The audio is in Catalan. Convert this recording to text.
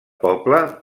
poble